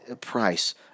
price